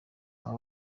aba